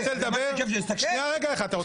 עוד סיבה אחת.